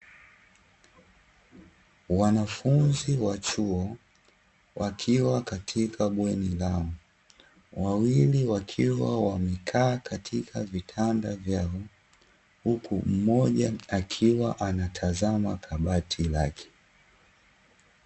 Wanafunzi wa chuo wakiwa katika bweni lao, wawili wakiwa wamekaa katika vitanda vyao, huku mmoja akiwa anatazama kabati lake.